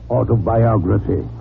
Autobiography